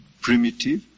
primitive